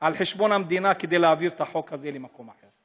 על חשבון המדינה כדי להעביר את החוק הזה למקום אחר.